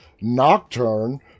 Nocturne